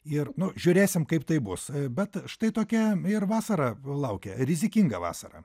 ir nu žiūrėsim kaip tai bus bet štai tokia ir vasara laukia rizikinga vasara